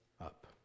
up